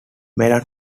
mellon